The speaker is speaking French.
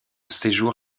séjour